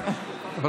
יודע.